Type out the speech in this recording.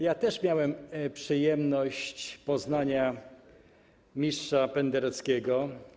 Ja też miałem przyjemność poznania mistrza Pendereckiego.